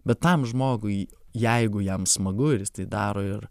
bet tam žmogui jeigu jam smagu ir jis tai daro ir